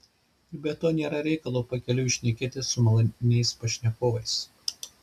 ir be to nėra reikalo pakeliui šnekėtis su maloniais pašnekovais